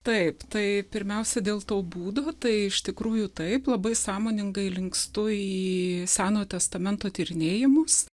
taip tai pirmiausia dėl to būdo tai iš tikrųjų taip labai sąmoningai linkstu į senojo testamento tyrinėjimus